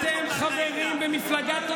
חברי הכנסת, חברי הכנסת.